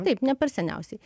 taip ne per seniausiai